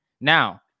Now